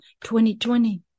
2020